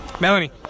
Melanie